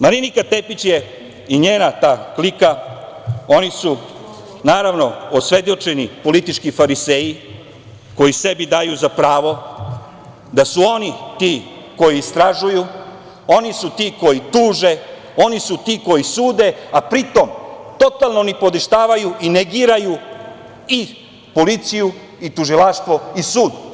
Marinika Tepić i njena klika su naravno osvedočeni politički fariseji koji sebi daju za pravo da su oni ti koji istražuju, oni su ti koji tuže, oni su ti koji sude, a pritom totalno nipodaštavaju i negiraju i policiju i tužilaštvo i sud.